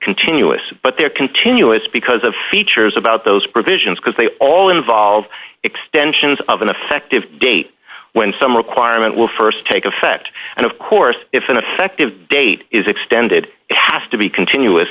continuous but they're continuous because of features about those provisions because they all involve extensions of an effective date when some requirement will st take effect and of course if an effective date is extended it has to be continuous